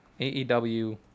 aew